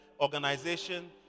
Organization